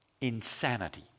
insanity